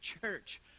church